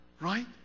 right